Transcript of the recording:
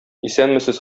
исәнмесез